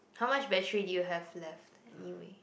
how much battery do you have left anyway